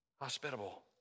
hospitable